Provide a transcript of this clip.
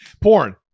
Porn